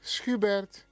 Schubert